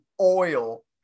oil